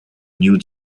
new